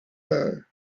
her